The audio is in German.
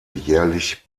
jährlich